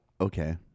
Okay